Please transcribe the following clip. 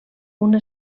una